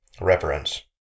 reference